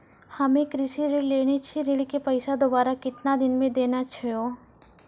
हम्मे कृषि ऋण लेने छी ऋण के पैसा दोबारा कितना दिन मे देना छै यो?